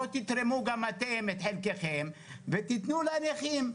שגם יתרמו את חלקם ויתנו לנכים.